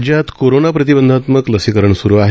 राज्यात कोरोना प्रतिबंधात्मक लसीकरण स्रू आहे